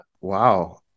wow